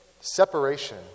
separation